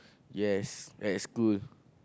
yes ride school